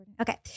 Okay